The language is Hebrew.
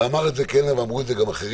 ואמר את זה קלנר ואמרו את זה גם אחרים,